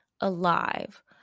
alive